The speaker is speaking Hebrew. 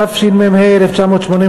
התשמ"ה 1985,